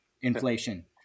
inflation